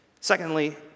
Secondly